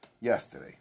yesterday